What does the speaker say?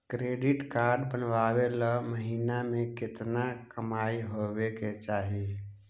Credit card बनबाबे ल महीना के केतना कमाइ होबे के चाही?